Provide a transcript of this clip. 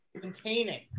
containing